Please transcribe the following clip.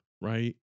right